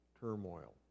turmoil